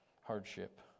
hardship